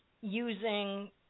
using